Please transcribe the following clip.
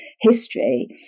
history